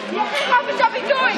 חופש ביטוי.